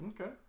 okay